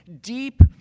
deep